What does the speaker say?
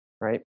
right